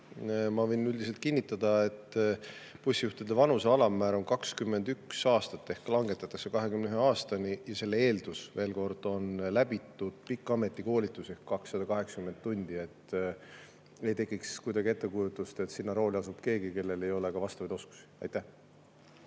ma võin üldiselt kinnitada, et bussijuhtide vanuse alammäära langetatakse 21 aastani. Selle eeldus, veel kord, on [see, et on] läbitud pikk ametikoolitus, 280 tundi, et ei tekiks kuidagi ettekujutust, et sinna rooli asub keegi, kellel ei ole vastavaid oskusi. Aitäh